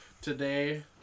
Today